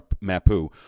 Mapu